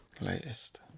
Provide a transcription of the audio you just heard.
latest